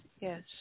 Yes